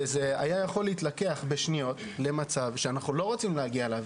זה היה יכול להתלקח בשניות למצב שאנחנו לא רוצים להגיע אליו.